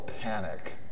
panic